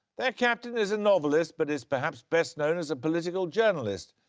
their captain is a novelist, but is perhaps best known as a political journalist.